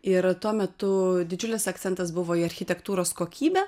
ir tuo metu didžiulis akcentas buvo į architektūros kokybę